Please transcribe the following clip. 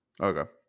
Okay